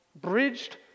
bridged